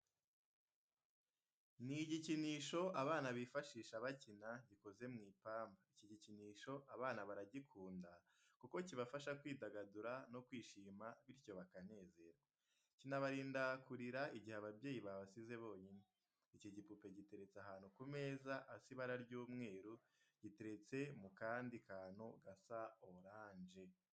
Ni igikinisho abana bifashisha bakina gikoze mu ipamba, iki gikinisho abana baragikunda kuko kibafasha kwidagadura no kwishima, bityo bakanezerwa. Kinabarinda kurira igihe ababyeyi babasize bonyine. Iki gipupe giteretse ahantu ku meza asa ibara ry'umweru, giteretse mu kandi kantu gasa oranje.